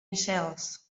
sales